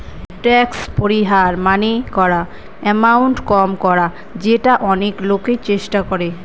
tax পরিহার মানে করা এমাউন্ট কম করা যেটা অনেক লোকই চেষ্টা করে